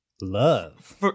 Love